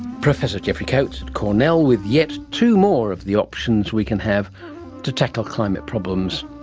professor geoffrey coates at cornell with yet two more of the options we can have to tackle climate problems,